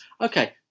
okay